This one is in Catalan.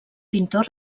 pintor